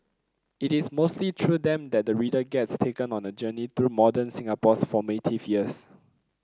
it is mostly through them that the reader gets taken on a journey through modern Singapore's formative years